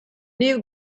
new